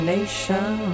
Nation